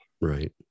Right